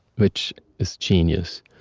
which is genius.